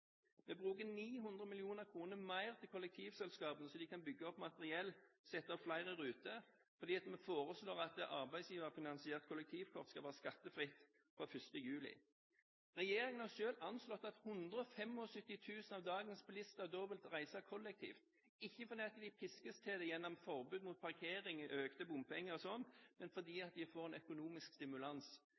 Vi bruker 900 mill. kr mer til kollektivselskapene, så de kan bygge opp materiell og sette opp flere ruter, og vi foreslår at arbeidsgiverfinansiert kollektivkort skal være skattefritt fra 1. juli. Regjeringen har selv anslått at 175 000 av dagens bilister da vil reise kollektivt, ikke fordi de piskes til det gjennom forbud mot parkering og økte bompenger og sånt, men fordi de får en økonomisk stimulans.